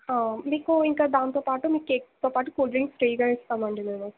మీకు ఇంకా దాంతో పాటు మీ కేక్తో పాటు కూల్ డ్రింక్స్ ఫ్రీగా ఇస్తాం అండి మేము